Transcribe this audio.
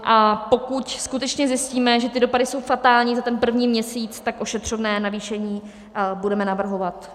A pokud skutečně zjistíme, že ty dopady jsou fatální za ten první měsíc, tak ošetřovné navýšení budeme navrhovat.